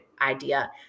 idea